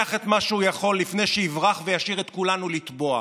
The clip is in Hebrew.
לוקח את מה שהוא יכול לפני שיברח וישאיר את כולנו לטבוע.